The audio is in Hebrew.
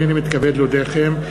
הנני מתכבד להודיעכם,